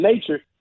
nature